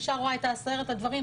אישה רואה את עשרת הדברים,